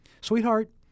Sweetheart